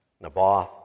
Naboth